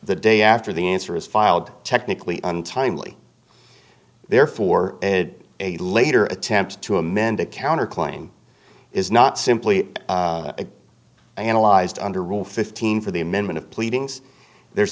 the day after the answer is filed technically untimely therefore a later attempt to amend a counterclaim is not simply analyzed under rule fifteen for the amendment of pleadings there's